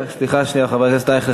סליחה שנייה, חבר הכנסת אייכלר.